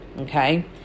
okay